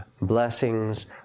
blessings